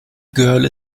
girl